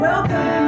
Welcome